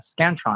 Scantron